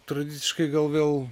tradiciškai gal vėl